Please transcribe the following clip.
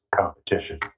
competition